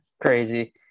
crazy